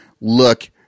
look